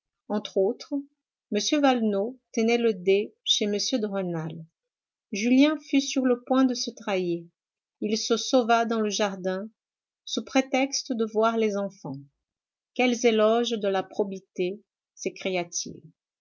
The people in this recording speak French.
entre autres m valenod tenait le dé chez m de rênal julien fut sur le point de se trahir il se sauva dans le jardin sous prétexte de voir les enfants quels éloges de la probité